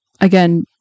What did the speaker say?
again